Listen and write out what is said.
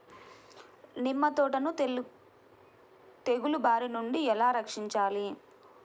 నిమ్మ తోటను తెగులు బారి నుండి ఎలా రక్షించాలి?